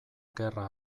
gerra